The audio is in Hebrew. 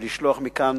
ולשלוח מכאן